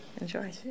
Enjoy